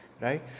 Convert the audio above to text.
right